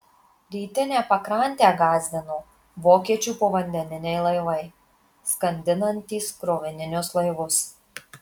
rytinę pakrantę gąsdino vokiečių povandeniniai laivai skandinantys krovininius laivus